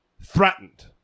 Threatened